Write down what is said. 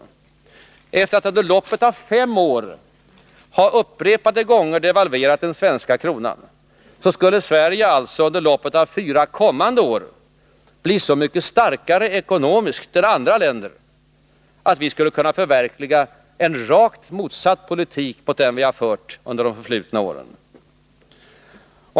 Sedan vi under loppet av fem år upprepade gånger har devalverat den svenska kronan skulle Sverige alltså under loppet av fyra kommande år bli så mycket starkare ekonomiskt än andra länder att vi skulle kunna förverkliga en politik, rakt motsatt den vi har fört under de förflutna åren. Fru talman!